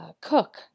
cook